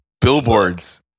billboards